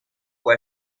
può